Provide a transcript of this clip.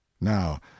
now